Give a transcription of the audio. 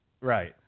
Right